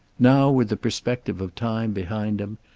now, with the perspective of time behind him,